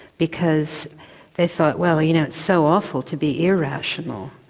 because they thought, well you know, it's so awful to be irrational,